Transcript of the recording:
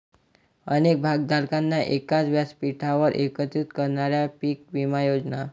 अनेक भागधारकांना एकाच व्यासपीठावर एकत्रित करणाऱ्या पीक विमा योजना